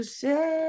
say